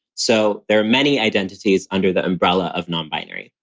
so there are many identities under the umbrella of nonbinary.